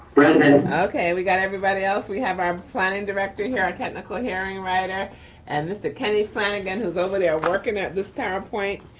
present. okay, we got everybody else. we have our planning director here at technical hearing writer and mr. kenny flanagan, who's over there working at this powerpoint.